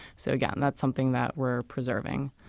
so yeah and that's something that we're preserving